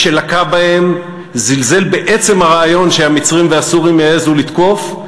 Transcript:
מי שלקה בהם זלזל בעצם הרעיון שהמצרים והסורים יעזו לתקוף,